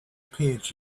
page